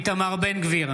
איתמר בן גביר,